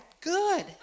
good